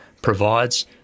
provides